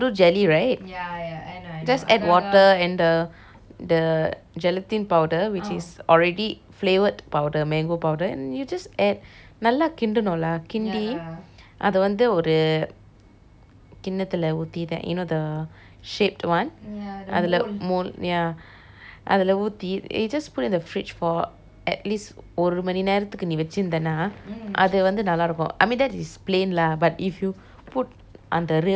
just add water and the the gelatin powder which is already flavoured powder mango powder and you just add நல்ல கிண்டனும்:nalla kindenum lah கிண்டி அத வந்து ஒரு கிண்ணத்துல ஊட்டி:kindi athey vanthu oru kinetuleh ooti then you know the shaped one அதுல:athule mold ya அதுல ஊட்டி:athule ooti you just put in the fridge for at least ஒரு மணி நேரத்துக்கு நீ வெச்சிருந்தேனா அது வந்து நல்ல இருக்கும்:oru mani nerethukku nee vechirunthena athu vanthu nalla irukkum I mean that is plain lah but if you put அந்த:anthe real fresh fruit or